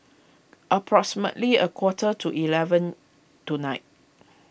approximately a quarter to eleven tonight